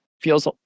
feels